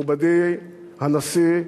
מכובדי הנשיא,